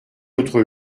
notre